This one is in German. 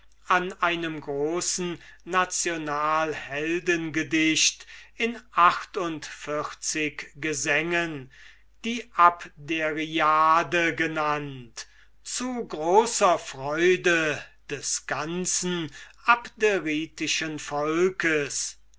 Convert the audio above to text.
an einem großen nationalheldengedicht in acht und vierzig gesängen die abderiade genannt zu großer freude des ganzen abderitischen volks